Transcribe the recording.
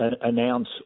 announce